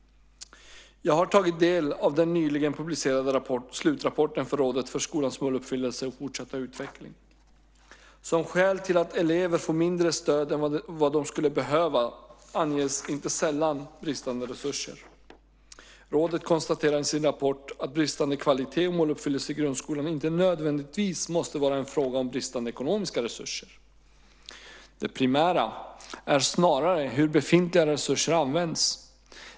Jag har tagit del av den nyligen publicerade slutrapporten från Rådet för skolans måluppfyllelse och fortsatta utveckling. Som skäl till att elever får mindre stöd än vad de skulle behöva anges inte sällan bristande resurser. Rådet konstaterar i sin rapport att bristande kvalitet och måluppfyllelse i grundskolan inte nödvändigtvis måste vara en fråga om bristande ekonomiska resurser. Det primära är snarare hur befintliga resurser används.